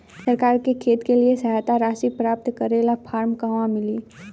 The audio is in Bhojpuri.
सरकार से खेत के लिए सहायता राशि प्राप्त करे ला फार्म कहवा मिली?